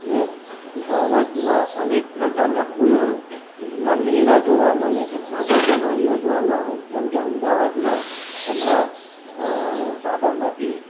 ને ભારતમાં અનેક પ્રકારના ફૂલોના મેળા જોવા મળે છે પ્રદર્શન યોજવામાં આવે છે જેમ કે અમદાવાદમાં હમણાં આ સાબરમતી